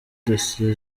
dosiye